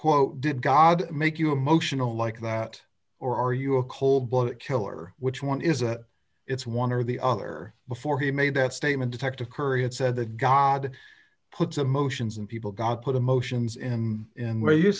quote did god make you emotional like that or are you a cold blooded killer which one is a it's one or the other before he made that statement detective curry had said that god puts emotions in people god put emotions in in w